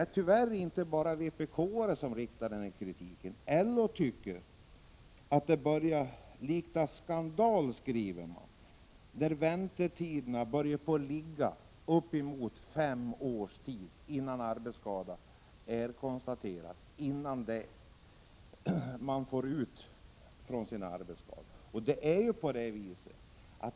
Det är inte bara vpk som framför denna kritik. LO skriver att man tycker att det börjar likna skandal när väntetiderna utsträcks till fem år innan arbetsskada är konstaterad och innan den skadade får ut något från försäkringen.